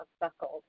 buckled